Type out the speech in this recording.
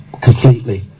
completely